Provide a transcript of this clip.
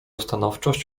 stanowczość